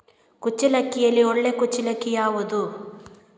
ಕುಚ್ಚಲಕ್ಕಿಯಲ್ಲಿ ಒಳ್ಳೆ ಕುಚ್ಚಲಕ್ಕಿ ಯಾವುದು?